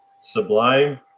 Sublime